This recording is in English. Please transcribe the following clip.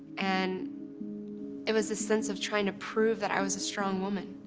and it was this sense of trying to prove that i was a strong woman,